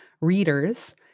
readers